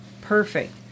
perfect